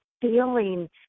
feeling